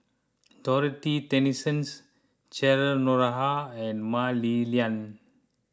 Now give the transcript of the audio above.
Dorothy Tessensohn Cheryl Noronha and Mah Li Lian